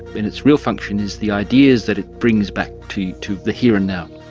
and its real function is the ideas that it brings back to to the here and now.